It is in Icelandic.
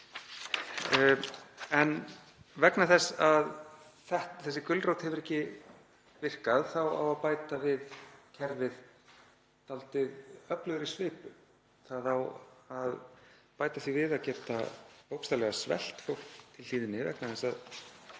Vegna þess að þessi gulrót hefur ekki virkað þá á að bæta við kerfið dálítið öflugri svipu. Það á að bæta því við að geta bókstaflega svelt fólk til hlýðni vegna þess að